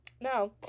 No